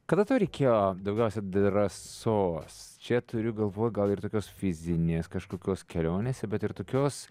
kada tau reikėjo daugiausia drąsos čia turiu galvoj gal ir tokios fizinės kažkokios kelionėse bet ir tokios